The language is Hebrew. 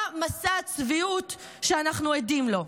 מה מסע הצביעות שאנחנו עדים לו?